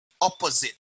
opposite